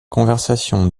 conversation